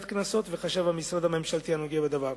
קנסות וחשב המשרד הממשלתי הנוגע בדבר.